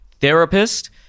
therapist